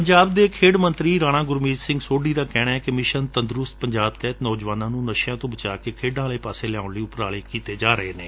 ਪੰਜਾਬ ਦੇ ਖੇਡ ਮੰਤਰੀ ਰਾਣਾ ਗੁਰਮੀਤ ਸਿੰਘ ਸੋਢੀ ਦਾ ਕਹਿਣੈ ਕਿ ਮਿਸ਼ਨ ਤੰਦਰੁਸਤ ਪੰਜਾਬ ਤਹਿਤ ਨੌਜਵਾਨਾਂ ਨੁੰ ਨਸ਼ਿਆਂ ਤੋਂ ਬਚਾ ਕੇ ਖੇਡਾਂ ਵਾਲੇ ਪਾਸੇ ਲਿਆਉਣ ਲਈ ਉਪਰਾਲੇ ਕੀਤੇ ਜਾ ਰਹੇ ਨੇ